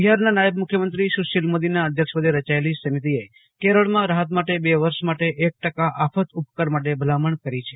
બિહારના નાયબ મુખ્યમંત્રી સુશીલ મોદીના અધ્યક્ષપદે રચાયેલી સમિતિએ કેરળમાં રાહત માટે બે વર્ષ માટે એક ટકા આફત ઉપકર માટે ભલામણ કરી છે